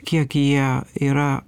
kiek jie yra